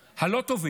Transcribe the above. הלא-טובים,